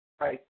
right